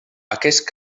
aquest